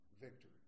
victory